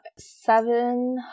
Seven